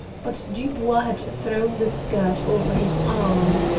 but dubois had thrown the skirt over his arm.